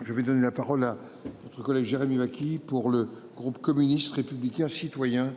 Je vais donner la parole à. Autre collègue Jérémy Bacchi pour le groupe communiste, républicain, citoyen